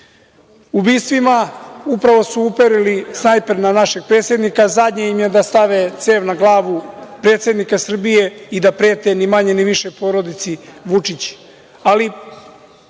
ubistvima. Upravo su uperili snajper na našeg predsednika, a zadnje im je da stave cev na glavu predsednika Srbije i da prete ni manje ni više porodici Vučić. Ali,